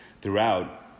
throughout